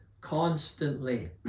constantly